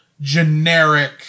generic